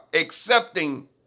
accepting